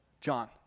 John